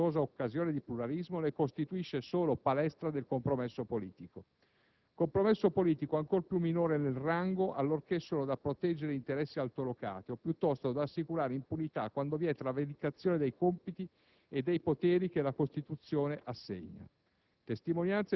iattura vera del sistema, perché lungi dal rappresentare una virtuosa occasione di pluralismo, ne costituisce solo palestra del compromesso politico. Compromesso politico ancor più basso nel rango, allorché sono da proteggere interessi altolocati, o - piuttosto - da assicurare impunità quando vi è travalicazione dei compiti